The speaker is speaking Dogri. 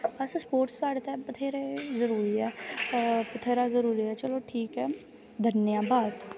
असें स्पोर्टस साढ़े तै बथ्हेरा जरूरी ऐ बथ्हेरा जरूरी ऐ चलो ठीक ऐ धन्नवाद